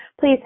Please